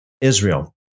Israel